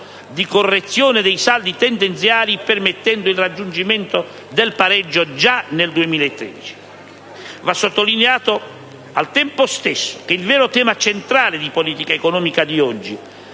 di correzione dei saldi tendenziali, permettendo il raggiungimento del pareggio già nel 2013. Va sottolineato, al tempo stesso, che il vero tema centrale di politica economica di oggi,